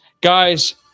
guys